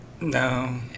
no